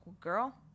girl